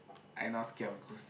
I not scared of ghost